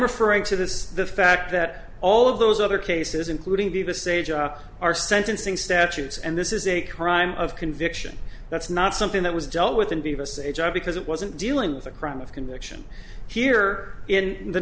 referring to this the fact that all of those other cases including give us a job are sentencing statutes and this is a crime of conviction that's not something that was dealt with in beavis a job because it wasn't dealing with a crime of conviction here in the